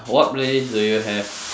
what playlist do you have